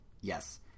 Yes